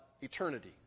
eternity